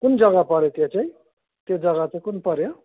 कुन जग्गा पर्यो त्यो चाहिँ त्यो जग्गा चाहिँ कुन पर्यो